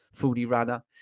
foodie-runner